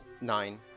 nine